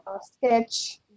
sketch